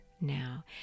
now